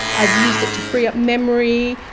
i've used it to free up memory,